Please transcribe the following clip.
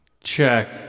check